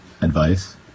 advice